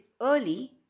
early